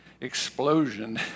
explosion